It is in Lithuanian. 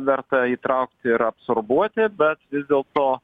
verta įtraukti ir absorbuoti bet vis dėlto